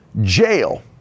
jail